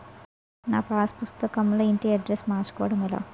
నా పాస్ పుస్తకం లో ఇంటి అడ్రెస్స్ మార్చుకోవటం ఎలా?